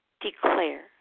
declare